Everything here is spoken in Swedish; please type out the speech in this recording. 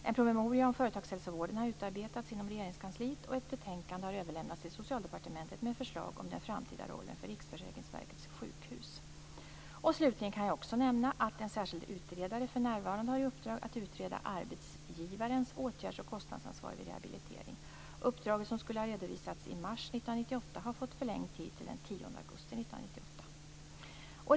En promemoria om företagshälsovården har utarbetats inom Regeringskansliet, och ett betänkande har överlämnats till Slutligen kan jag också nämna att en särskild utredare för närvarande har i uppdrag att utreda arbetsgivarens åtgärds och kostnadsansvar vid rehabilitering. Uppdraget, som skulle ha redovisats i mars 1998, har fått förlängd tid till den 10 augusti 1998.